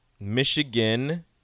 Michigan